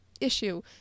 issue